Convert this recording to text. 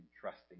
trusting